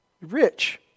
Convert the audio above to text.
rich